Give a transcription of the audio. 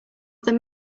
other